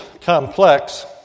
complex